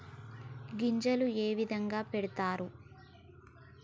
గింజలు ఏ విధంగా పెడతారు?